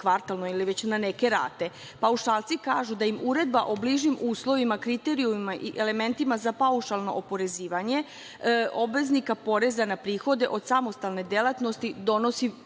kvartalno ili na neke rate. Paušalci kažu da im Uredba o bližim uslovima i kriterijumima i elementima za paušalno oporezivanje obveznika poreza na prihode od samostalne delatnosti donosi